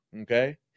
Okay